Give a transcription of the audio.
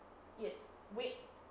yes wait